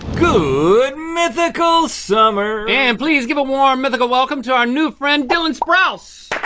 good mythical summer. and please give a warm mythical welcome to our new friend dylan sprouse.